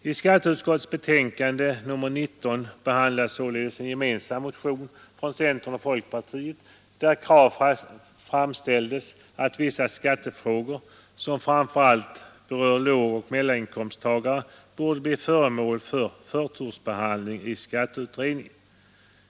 I skatteutskottets betänkande nr 19 behandlades således en gemensam motion från centern och folkpartiet, där krav framställdes att vissa skattefrågor som framför allt berör lågoch mellaninkomsttagare borde förtursbehandlas av skatteutredningen.